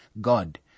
God